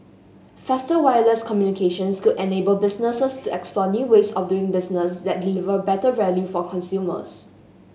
faster wireless communications could enable businesses to explore new ways of doing business that deliver better value for consumers